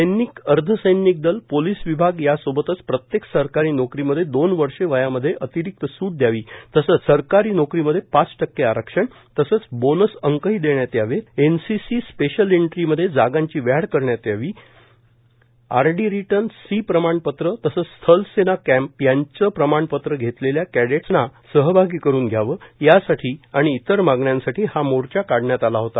सैनिक अर्धसैनिक दल पोलिस विभाग यासोबतच प्रत्येक सरकारी नोकरी मध्ये दोन वर्ष वयामध्ये अतिरिक्त सूट दयावी सर्व सरकारी नोकरीमध्ये पाच टक्के आरक्षण तसेच बोनस अंकही देण्यात यावेत एनसीसी स्पेशल एंट्रीमध्ये जागांची वाढ करण्यात यावी आरडी रिटर्नसी प्रमाणपत्र तसेच स्थलसेना कॅम्प यांचे प्रमाणपत्र घेतलेल्या कॅडेट्स सेना किंवा सेंटर भरती सहभागी करून घ्यावे या आणि इतर मागण्यांसाठी हा मोर्चा काढण्यात आला होता